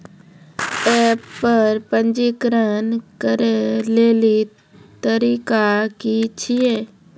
App पर पंजीकरण करै लेली तरीका की छियै?